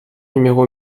numéro